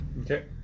Okay